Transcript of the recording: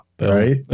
right